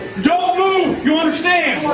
do you understand?